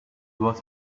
was